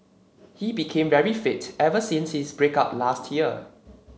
he became very fit ever since his break up last year